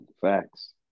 Facts